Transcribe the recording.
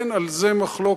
אין על זה מחלוקת.